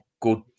good